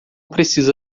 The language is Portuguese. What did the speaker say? precisa